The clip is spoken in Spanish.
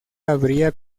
habría